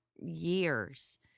years